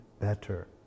better